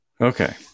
Okay